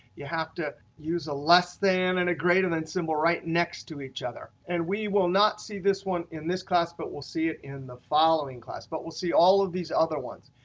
you have to use a less than and a greater than symbol right next to each other. and we will not see this one in this class but we'll see it in the following class. but we'll see all of these other ones.